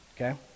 okay